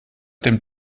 dem